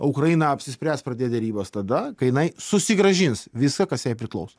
o ukraina apsispręs pradėt derybas tada kai jinai susigrąžins visa kas jai priklauso